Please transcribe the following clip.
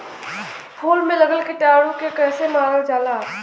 फूल में लगल कीटाणु के कैसे मारल जाला?